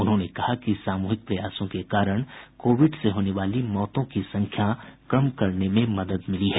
उन्होंने कहा कि सामूहिक प्रयासों के कारण कोविड से होने वाली मौतों की संख्या कम करने में मदद मिली है